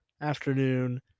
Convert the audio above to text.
afternoon